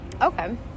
okay